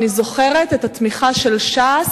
שאני זוכרת גם את התמיכה של ש"ס